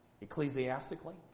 ecclesiastically